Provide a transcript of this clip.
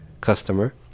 customer